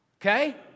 okay